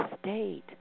state